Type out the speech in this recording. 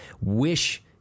wish